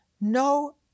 no